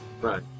Right